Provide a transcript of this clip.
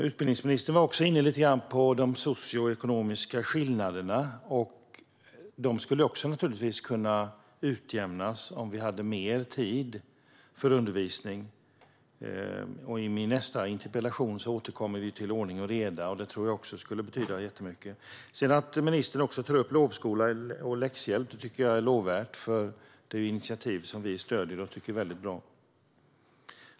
Utbildningsministern var också inne lite grann på de socioekonomiska skillnaderna, och även dessa skulle naturligtvis kunna utjämnas om vi hade mer tid för undervisning. I min nästa interpellation återkommer vi till ordning och reda, något som jag också tror skulle betyda jättemycket. Att ministern tar upp lovskola och läxhjälp tycker jag är lovvärt. Det är initiativ som vi stöder och tycker är väldigt bra.